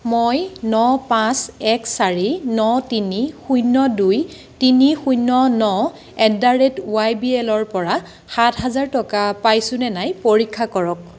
মই ন পাঁচ এক চাৰি ন তিনি শূন্য দুই তিনি শূন্য ন at the rate Y B এলৰপৰা সাত হাজাৰ টকা পাইছোঁনে নাই পৰীক্ষা কৰক